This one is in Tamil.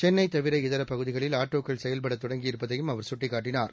சென்னை தவிர இதர பகதிகளில் ஆட்டோக்கள் செயல்பட தொடங்கி இருப்பதையும் அவர் சுட்டிக்காட்டினார்